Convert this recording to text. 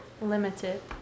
limited